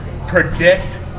Predict